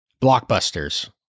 blockbusters